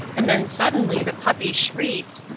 and then suddenly the puppy shrieked,